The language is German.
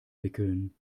wickeln